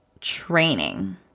training